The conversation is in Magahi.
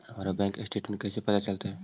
हमर बैंक स्टेटमेंट कैसे पता चलतै?